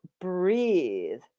breathe